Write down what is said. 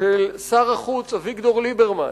של שר החוץ אביגדור ליברמן,